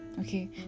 Okay